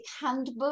handbook